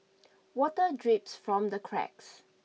water drips from the cracks